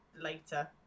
later